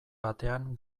batean